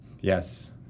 Yes